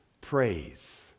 praise